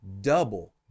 double